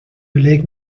beleg